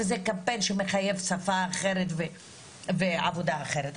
וזה קמפיין שמחייב שפה אחרת ועבודה אחרת.